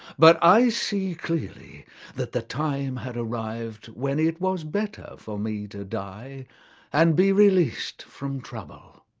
but i see clearly that the time had arrived when it was better for me to die and be released from trouble.